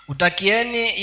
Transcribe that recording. Utakieni